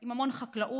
עם המון חקלאות,